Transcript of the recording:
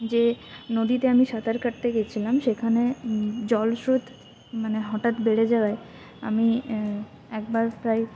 যে নদীতে আমি সাঁতার কাটতে গেছিলাম সেখানে জল স্রোত মানে হঠাৎ বেড়ে যাওয়ায় আমি একবার প্রায়